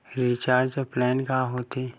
Recharge plan का होथे?